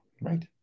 Right